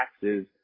taxes